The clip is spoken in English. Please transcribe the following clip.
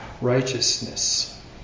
righteousness